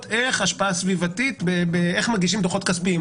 איך השפעה סביבתית קיימת כשמגישים דוחות כספיים.